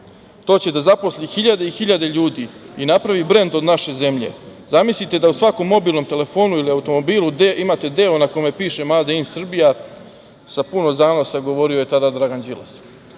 To će da zaposli 1.000 i 1.000 ljudi i napravi brend od naše zemlje. Zamislite da u svakom mobilnom telefonu ili automobilu gde imate deo na kome piše „made in Serbia.“, sa puno zanosa govori je tada Dragan Đilas. Sada